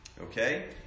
Okay